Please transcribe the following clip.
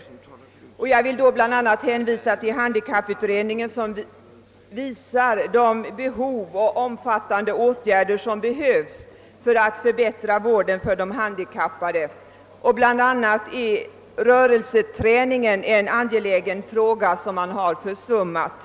Jag vill med anledning härav bl.a. hänvisa till handikapputredningen, varav framgår vilka omfattande åtgärder som behövs för en förbättring av vården av de handikappade. Bla. är rörelseträningen en angelägen fråga som har försummats.